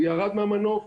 הוא ירד מהמנוף,